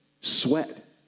sweat